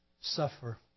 suffer